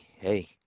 hey